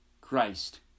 Christ